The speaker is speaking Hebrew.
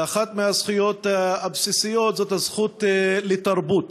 ואחת הזכויות הבסיסיות היא הזכות לתרבות.